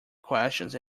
questions